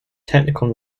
technical